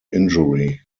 injury